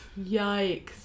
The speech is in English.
Yikes